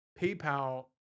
PayPal